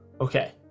okay